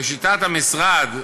לשיטת המשרד,